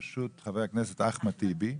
בראשות חבר הכנסת אחמד טיבי,